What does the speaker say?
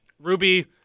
Ruby